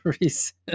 reason